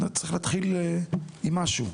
צריך להתחיל עם משהו.